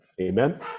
Amen